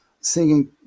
singing